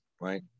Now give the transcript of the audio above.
right